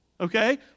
okay